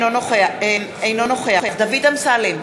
אינו נוכח דוד אמסלם,